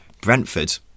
Brentford